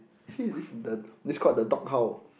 see this the this called the dog howl